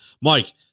Mike